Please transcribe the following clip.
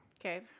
Okay